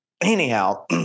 anyhow